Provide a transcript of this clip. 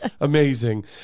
Amazing